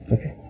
Okay